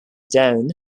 down